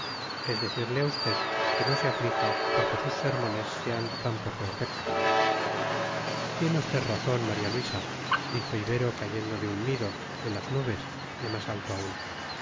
es decirle a usted que no se aflija porque sus sermones sean de tan poco efecto tiene usted razón maría luisa dijo ibero cayendo de un nido de las nubes de más alto aún